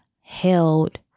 held